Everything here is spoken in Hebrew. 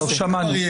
שמענו.